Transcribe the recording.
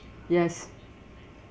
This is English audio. yes